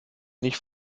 nicht